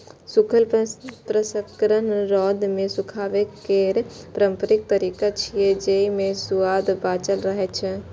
सूखल प्रसंस्करण रौद मे सुखाबै केर पारंपरिक तरीका छियै, जेइ मे सुआद बांचल रहै छै